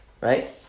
right